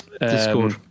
Discord